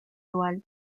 dual